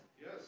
Yes